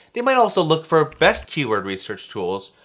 they might also look for ah best keyword research tools,